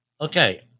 Okay